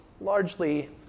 largely